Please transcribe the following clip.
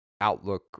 Outlook